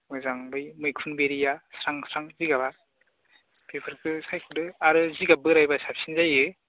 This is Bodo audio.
मोजां बै मैखुन बेरैआ स्रां स्रां जिगाबआ बेफोरखौ सायख'दो आरो जिगाब बोराइबा साबसिन जायो